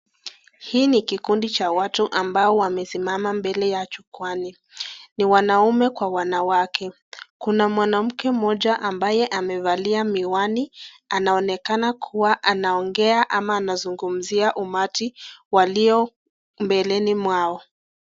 Hii ni kikundi cha watu ambao wamesimama mbele ya Jukwaani. Ni wanaume kwa wanawake. Kuna mwanamke mmoja ambaye amevalia miwani. Anaonekana kua anaongea ama anazungumzia umati walio mbeleni mwao.